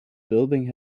building